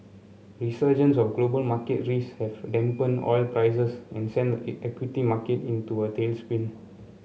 resurgence of global market risks have dampened oil prices and sent the equity market into a tailspin